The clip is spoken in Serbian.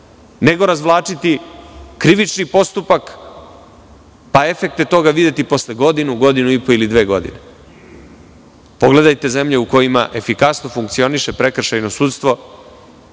nego razvlačiti krivični postupak i efekte toga videti posle godinu, godinu i po ili dve godine. Pogledajte zemlje u kojima efikasno funkcioniše prekršajno sudstvo,